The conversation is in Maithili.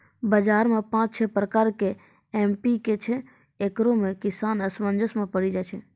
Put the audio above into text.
बाजार मे पाँच छह प्रकार के एम.पी.के छैय, इकरो मे किसान असमंजस मे पड़ी जाय छैय?